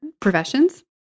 professions